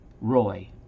Roy